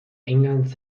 englands